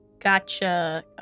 Gotcha